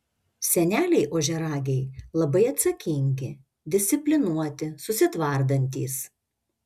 seneliai ožiaragiai labai atsakingi disciplinuoti susitvardantys